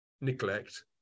neglect